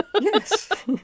Yes